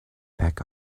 back